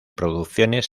producciones